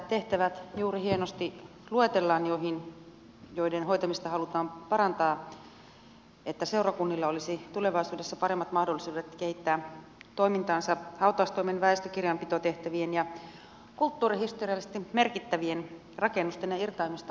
tässä juuri hienosti luetellaan tehtävät joiden hoitamista halutaan parantaa että seurakunnilla olisi tulevaisuudessa paremmat mahdollisuudet kehittää toimintaansa hautaustoimen väestökirjanpitotehtävien ja kulttuurihistoriallisesti merkittävien rakennusten ja irtaimiston ylläpidon osalta